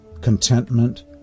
contentment